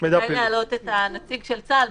כדאי להעלות נציג של צה"ל.